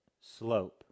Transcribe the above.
slope